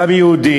גם של יהודים,